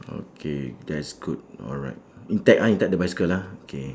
okay that's good alright intact ah intact the bicycle ah K